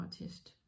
artist